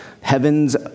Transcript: heavens